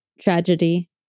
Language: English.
tragedy